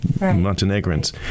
Montenegrins